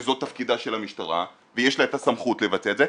שזו תפקידה של המשטרה ויש לה את הסמכות לבצע את זה.